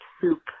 soup